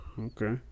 Okay